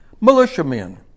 militiamen